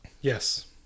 Yes